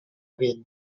again